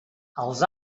els